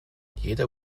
jeder